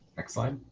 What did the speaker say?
excellent.